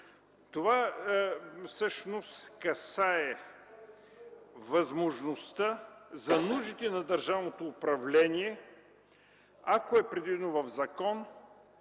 Това касае възможността за нуждите на държавното управление, ако е предвидено в закон,